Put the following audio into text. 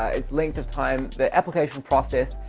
ah its length of time, the application process,